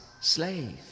slave